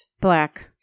black